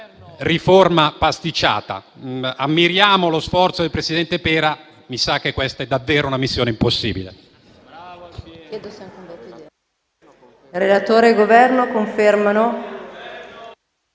riforma pasticciata. Ammiriamo lo sforzo del presidente Pera. Mi sa che questa è davvero una missione impossibile.